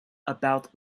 about